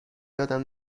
یادم